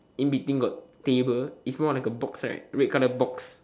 in between got table it's more like a box right red colour box